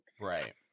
right